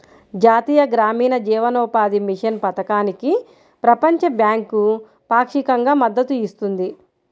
జాతీయ గ్రామీణ జీవనోపాధి మిషన్ పథకానికి ప్రపంచ బ్యాంకు పాక్షికంగా మద్దతు ఇస్తుంది